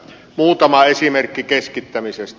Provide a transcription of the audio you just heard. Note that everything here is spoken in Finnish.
muutama esimerkki keskittämisestä